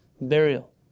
burial